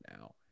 now